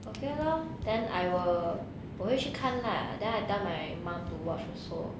okay lor then I will 我会去看 lah then I tell my mum to watch also